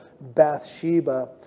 Bathsheba